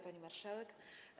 Pani Marszałek!